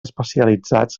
especialitzats